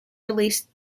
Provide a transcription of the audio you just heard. released